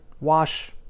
wash